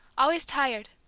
always tired,